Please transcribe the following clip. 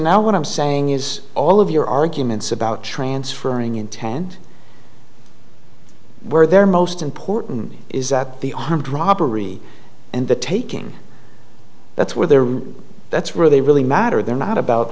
now what i'm saying is all of your arguments about transferring intent were their most important is that the armed robbery and the taking that's where they're that's where they really matter they're not about